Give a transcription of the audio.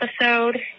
episode